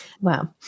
Wow